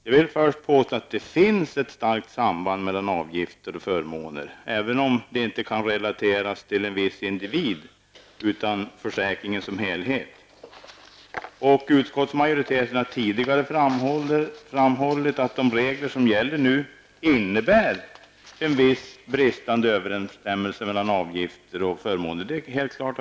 Jag vill påstå att det finns ett starkt samband mellan avgifter och förmåner, även om det inte kan relateras till en viss individ utan gäller försäkringen som helhet. Utskottsmajoriteten har tidigare framhållit att de regler som nu gäller innebär en viss bristande överensstämmelse mellan avgifter och förmåner. Det står helt klart.